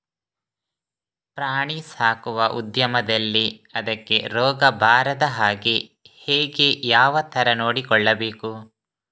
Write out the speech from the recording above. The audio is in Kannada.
ಪ್ರಾಣಿ ಸಾಕುವ ಉದ್ಯಮದಲ್ಲಿ ಅದಕ್ಕೆ ರೋಗ ಬಾರದ ಹಾಗೆ ಹೇಗೆ ಯಾವ ತರ ನೋಡಿಕೊಳ್ಳಬೇಕು?